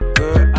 good